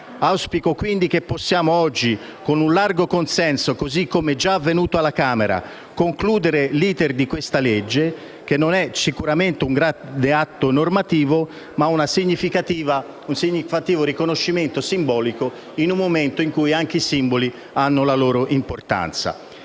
Auspico quindi che si possa oggi con un largo consenso, come già avvenuto alla Camera, concludere l'*iter* di questa legge, che non è sicuramente un grande atto normativo, ma un significativo riconoscimento simbolico in un momento in cui anche i simboli hanno la loro importanza.